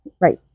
Right